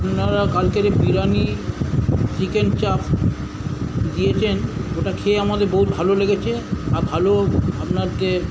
আপনারা কালকে বিরিয়ানি চিকেন চাপ দিয়েছেন ওটা খেয়ে আমাদের বহুত ভালো লেগেছে আর ভালো আপনাকে